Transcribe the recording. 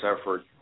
effort